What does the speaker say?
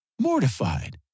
mortified